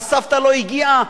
הסבתא לא הגיעה,